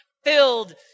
Filled